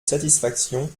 satisfaction